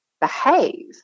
behave